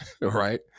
right